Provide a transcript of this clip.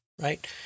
right